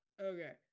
Okay